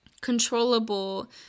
controllable